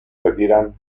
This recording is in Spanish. retiran